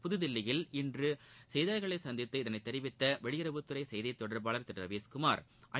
புதுதில்லியில் இன்று செய்தியாள்களை சந்தித்து இதனை தெரிவித்த வெளியுறவுத்துறை செய்தித் தொடர்பாளர் திரு ரவீஸ்குமார் ஐ